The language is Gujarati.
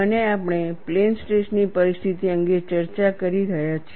અને આપણે પ્લેન સ્ટ્રેસ ની પરિસ્થિતિ અંગે ચર્ચા કરી રહ્યા છીએ